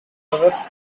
others